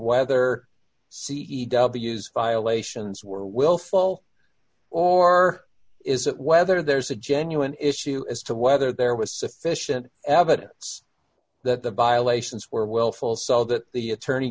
whether c e w's violations were willful or is it whether there's a genuine issue as to whether there was sufficient evidence that the violations were willful so that the attorney